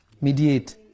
mediate